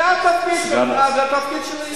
זה התפקיד שלך, זה התפקיד שלי.